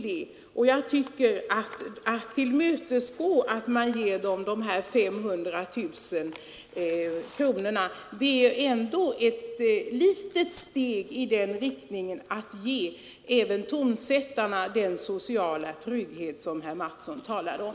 Att tillmötesgå tonsättarna genom att ge dem dessa 500 000 kronor vore ändå ett litet steg i riktning mot att skapa den sociala trygghet även för tonsättarna som herr Mattsson i Lane-Herrestad talade om.